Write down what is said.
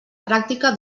pràctica